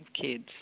kids